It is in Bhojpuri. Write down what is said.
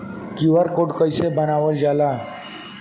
क्यू.आर कोड कइसे बनवाल जाला?